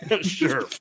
Sure